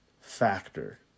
factor